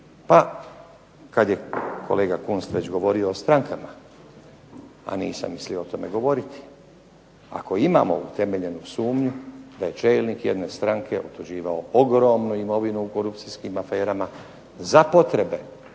Pa kad je kolega Kunst već govorio o strankama, a nisam mislio o tome govoriti, ako imamo utemeljenu sumnju da je čelnik jedne stranke otuđivao ogromnu imovinu u korupcijskim aferama za potrebe